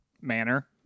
manner